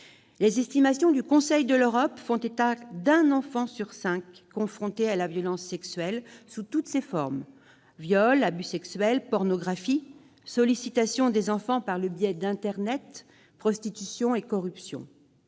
d'une plainte. Le Conseil de l'Europe estime qu'un enfant sur cinq est confronté à la violence sexuelle sous toutes ses formes : viols, abus sexuels, pornographie, sollicitation des enfants par le biais d'internet, prostitution et corruption.